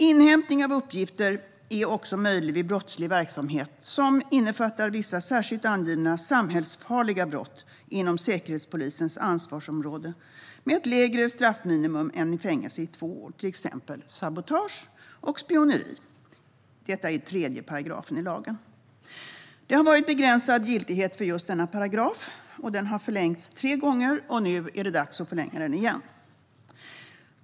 Inhämtning av uppgifter är också möjlig vid brottslig verksamhet som innefattar vissa särskilt angivna samhällsfarliga brott inom Säkerhetspolisens ansvarsområde med ett lägre straffminimum än fängelse i två år, till exempel sabotage och spioneri - detta enligt 3 § i lagen. Det har varit begränsad giltighet för just denna paragraf. Den har förlängts tre gånger, och nu är det dags att förlänga den igen.